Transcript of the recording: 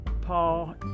Paul